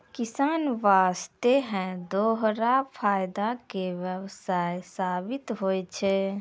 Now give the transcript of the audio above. किसान वास्तॅ है दोहरा फायदा के व्यवसाय साबित होय छै